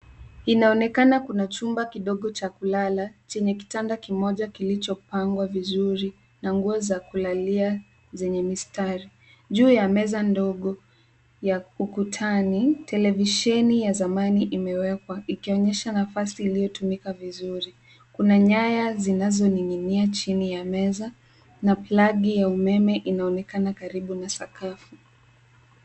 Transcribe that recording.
Inaonekana kuna chumba kidogo cha kulala chini ya kitanda kimoja kilichopangwa vizuri na nguo za kulalia zenye mistari. Juu ya meza ndogo ya ukutani, televisheni ya zamani imewekwa ikionyesha nafasi iliyotumika vizuri. Kuna nyaya zinazoning'inia chini ya meza na plagi ya umeme inaonekana karibu na sakafu.